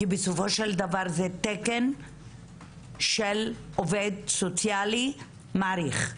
כי בסופו של דבר זה תקן של עובד סוציאלי מעריך.